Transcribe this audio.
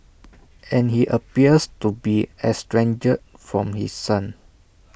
and he appears to be estranged from his son